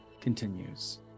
continues